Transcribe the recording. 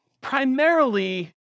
primarily